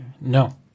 No